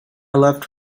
left